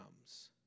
comes